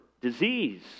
disease